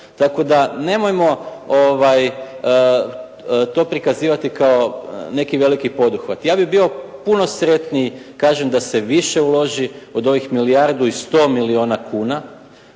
Tako da nemojmo to prikazivati kao neki veliki poduhvat. Ja bih bio puno sretniji, kažem da se više uloži od ovih milijardu i 100 milijuna kuna